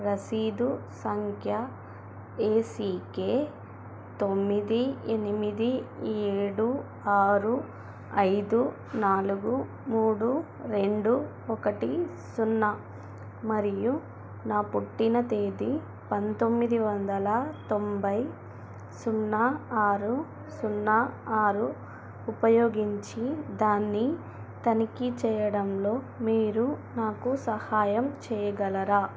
రసీదు సంఖ్య A C K తొమ్మిది ఎనిమిది ఏడు ఆరు ఐదు నాలుగు మూడు రెండు ఒకటి సున్నా మరియు నా పుట్టిన తేదీ పంతొమ్మిది వందల తొంభై సున్నా ఆరు సున్నా ఆరు ఉపయోగించి దాన్ని తనిఖీ చేయడంలో మీరు నాకు సహాయం చేయగలరా